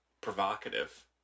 provocative